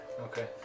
Okay